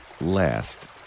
last